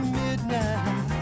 midnight